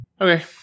Okay